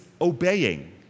obeying